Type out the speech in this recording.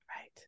Right